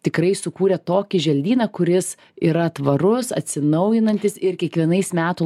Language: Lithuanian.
tikrai sukūrė tokį želdyną kuris yra tvarus atsinaujinantis ir kiekvienais metų